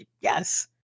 yes